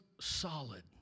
solid